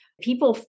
people